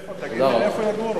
תגיד, איפה יגורו?